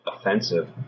offensive